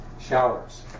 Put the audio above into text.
showers